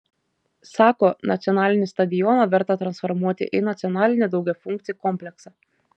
sako nacionalinį stadioną verta transformuoti į nacionalinį daugiafunkcį kompleksą